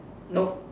nope